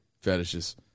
fetishes